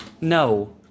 No